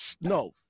no